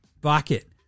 bucket